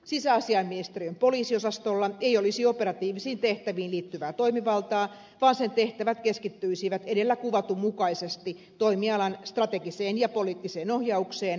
sisäasiainministeriön poliisiosastolla ei olisi operatiivisiin tehtäviin liittyvää toimivaltaa vaan sen tehtävät keskittyisivät edellä kuvatun mukaisesti toimialan strategiseen ja poliittiseen ohjaukseen sekä valvontaan